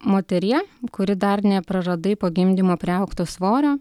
moterie kuri dar nepraradai po gimdymo priaugto svorio